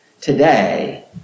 today